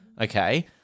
okay